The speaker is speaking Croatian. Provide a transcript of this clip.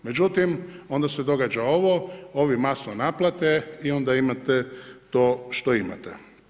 Međutim onda se događa ovo, ovi masno naplate i onda imate to što imate.